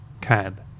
cab